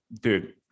dude